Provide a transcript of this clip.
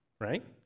right